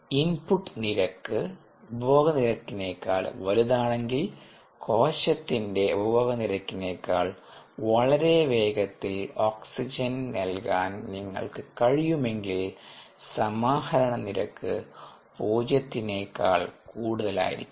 input നിരക്ക് ഉപഭോഗനിരക്കിനേക്കാൾ വലുതാണെങ്കിൽ കോശത്തിന്റെ ഉപഭോഗനിരക്കിനേക്കാൾ വളരെ വേഗത്തിൽ ഓക്സിജൻ നൽകാൻ നിങ്ങൾക്ക് കഴിയുമെങ്കിൽ സമാഹരണ നിരക്ക് 0 നേക്കാൾ കൂടുതലായിരിക്കും